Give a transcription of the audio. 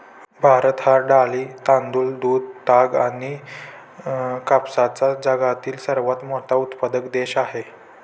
भारत हा डाळी, तांदूळ, दूध, ताग आणि कापसाचा जगातील सर्वात मोठा उत्पादक देश आहे